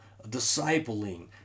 discipling